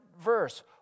verse